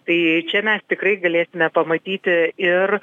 tai čia mes tikrai galėsime pamatyti ir